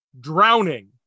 drowning